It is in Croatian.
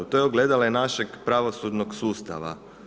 To je ogledalo i našeg pravosudnog sustava.